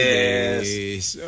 Yes